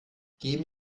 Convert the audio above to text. geben